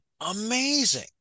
Amazing